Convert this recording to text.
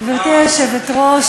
גברתי היושבת-ראש,